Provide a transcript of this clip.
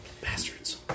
Bastards